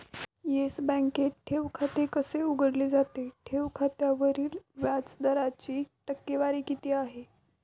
Yes बँकेत ठेव खाते कसे उघडले जाते? ठेव खात्यावरील व्याज दराची टक्केवारी किती आहे?